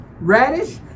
radish